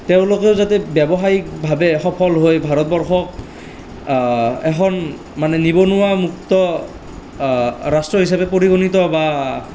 তেওঁলোকো যাতে ব্যৱসায়িকভাৱে সফল হৈ ভাৰতবৰ্ষক এখন মানে নিবনুৱা মুক্ত ৰাষ্ট্ৰ হিচাপে পৰিগণিত বা